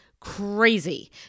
crazy